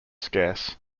scarce